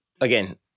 again